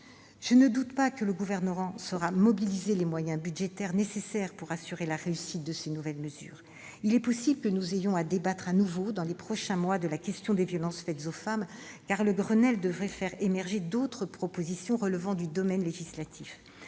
Je ne doute pas que le Gouvernement saura mobiliser les moyens budgétaires nécessaires pour assurer la réussite de ces nouvelles mesures. Il est possible que nous ayons à débattre à nouveau, au cours des prochains mois, de la question des violences faites aux femmes, car le Grenelle des violences conjugales devrait faire émerger d'autres propositions relevant du domaine législatif.